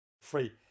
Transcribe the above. free